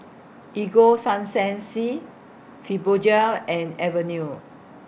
Ego Sunsense Fibogel and Avene